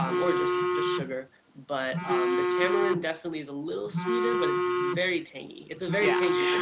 um or just just sugar. but the tamarind definitely is a little sweeter but it's very tangy. it's a very tangy yeah